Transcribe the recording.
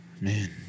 Man